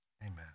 Amen